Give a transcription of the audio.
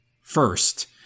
first